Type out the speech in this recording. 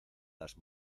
las